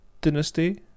Dynasty